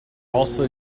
also